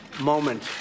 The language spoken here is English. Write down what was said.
moment